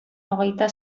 hogeita